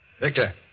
Victor